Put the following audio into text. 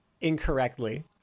incorrectly